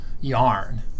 yarn